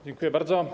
Dziękuję bardzo.